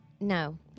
No